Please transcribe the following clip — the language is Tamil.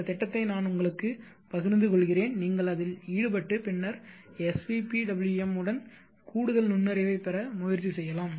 இந்த திட்டத்தை நான் உங்களுடன் பகிர்ந்து கொள்கிறேன் நீங்கள் அதில் ஈடுபட்டு பின்னர் svpwm உடன் கூடுதல் நுண்ணறிவைப் பெற முயற்சி செய்யலாம்